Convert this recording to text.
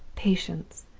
patience!